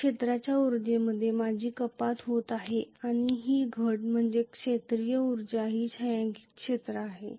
तर क्षेत्राच्या उर्जेमध्ये माझी कपात होत आहे आणि ही घट म्हणजे क्षेत्रीय उर्जा ही छायांकित क्षेत्र आहे